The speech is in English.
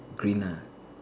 green ah